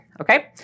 Okay